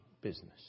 business